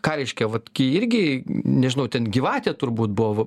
ką reiškia vat irgi nežinau ten gyvatė turbūt buvo